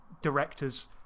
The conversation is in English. directors